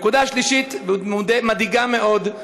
נקודה שלישית, מדאיגה מאוד: